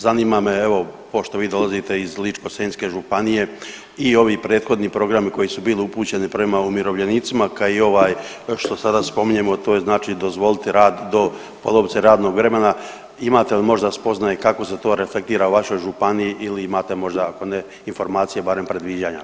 Zanima me evo pošto vi dolazite iz Ličko-senjske županije i ovi prethodni programi koji su bili upućeni prema umirovljenicima kao i ovaj što sada spominjemo to je znači dozvoliti rad do polovice radnog vremena, imate li možda spoznaje kako se to reflektira u vašoj županiji ili imate možda ako ne informacije barem predviđanja?